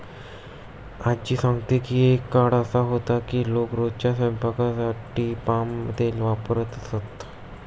आज्जी सांगते की एक काळ असा होता की लोक रोजच्या स्वयंपाकासाठी पाम तेल वापरत असत